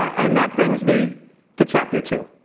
and that brings me to chapter two,